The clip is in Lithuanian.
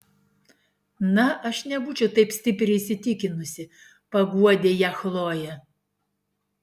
na aš nebūčiau taip stipriai įsitikinusi paguodė ją chlojė